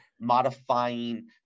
modifying